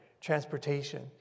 transportation